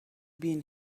been